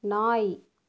நாய்